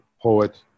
poet